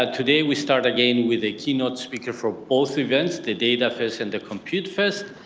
ah today, we start again with a keynote speaker for both events the datafest and the computefest